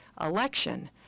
election